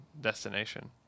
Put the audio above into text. destination